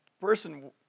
person